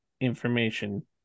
information